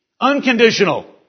unconditional